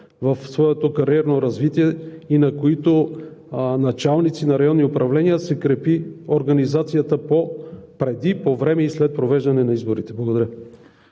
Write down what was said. в своето кариерно развитие и на които началници на районни управления се крепи организацията, преди, по време и след провеждането на изборите. Благодаря.